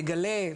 ייגלה,